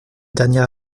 dernière